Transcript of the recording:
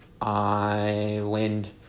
Island